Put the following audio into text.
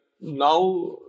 now